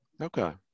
Okay